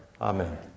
Amen